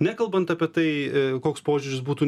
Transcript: nekalbant apie tai koks požiūris būtų